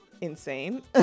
insane